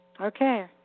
okay